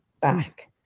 back